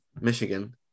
Michigan